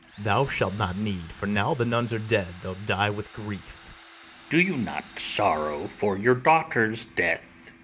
thou shalt not need for, now the nuns are dead, they'll die with grief do you not sorrow for your daughter's death?